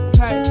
hey